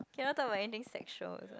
cannot talk about anything sexual